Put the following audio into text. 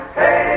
hey